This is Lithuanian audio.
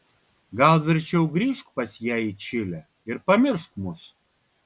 gal verčiau grįžk pas ją į čilę ir pamiršk mus